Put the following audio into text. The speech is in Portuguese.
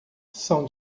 são